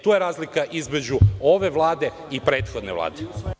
To je razlika između ove Vlade i prethodne Vlade.